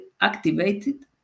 activated